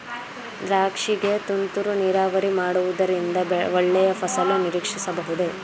ದ್ರಾಕ್ಷಿ ಗೆ ತುಂತುರು ನೀರಾವರಿ ಮಾಡುವುದರಿಂದ ಒಳ್ಳೆಯ ಫಸಲು ನಿರೀಕ್ಷಿಸಬಹುದೇ?